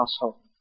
household